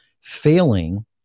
failing